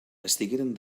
estigueren